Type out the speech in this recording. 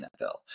NFL